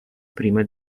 prima